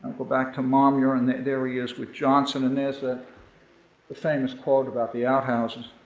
go back to momyer and there he is with johnson and there's the the famous quote about the outhouses.